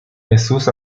jesús